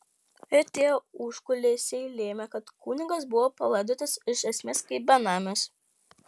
ir tie užkulisiai lėmė kad kunigas buvo palaidotas iš esmės kaip benamis